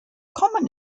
common